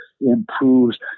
improves